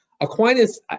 Aquinas